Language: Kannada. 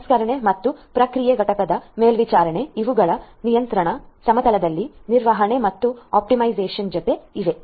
ಆದ್ದರಿಂದ ಸಂಸ್ಕರಣೆ ಮತ್ತು ಪ್ರಕ್ರಿಯೆ ಘಟಕದ ಮೇಲ್ವಿಚಾರಣೆ ಇವುಗಳು ನಿಯಂತ್ರಣ ಸಮತಲದಲ್ಲಿ ನಿರ್ವಹಣೆ ಮತ್ತು ಆಪ್ಟಿಮೈಸೇಶನ್ ಜೊತೆಗೆ ಇವೆ